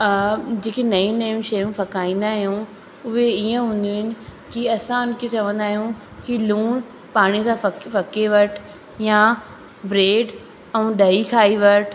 अ जेकी नयूं नयूं शयूं फकाईंदा आहियूं उहे ईअं हूंदियूं आहिनि की असां उन खे चवंदा आहियूं की लूणु पाणी सां फके वठु या ब्रेड ऐं ॾही खाई वठु